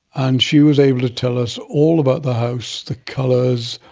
and she was able to tell us all about the house, the colours,